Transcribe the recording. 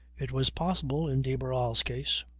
it was possible in de barral's case.